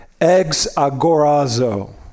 Ex-agorazo